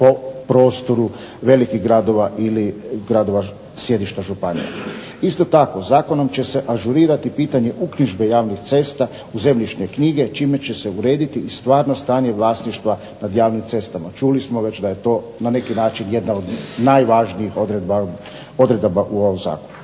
po prostoru velikih gradova ili gradova sjedišta županija. Isto tako, zakonom će se ažurirati pitanje uknjižbe javnih cesta u zemljišne knjige čime će se urediti i stvarno stanje vlasništva nad javnim cestama. Čuli smo već da je to na neki način jedna od najvažnijih odredbi u ovom zakonu.